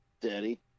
daddy